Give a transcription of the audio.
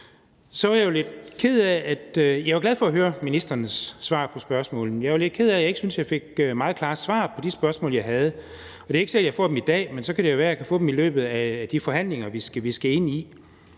Jeg var glad for at høre ministrenes svar på spørgsmålene, men jeg var lidt ked af, at jeg ikke synes, jeg fik meget klare svar på de spørgsmål, jeg havde. Det er ikke sikkert, jeg får dem i dag, men så kan det jo være, at jeg kan få dem i løbet af de forhandlinger, vi skal ind i.